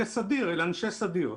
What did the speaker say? אלה אנשי סדיר.